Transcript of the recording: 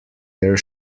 their